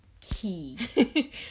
key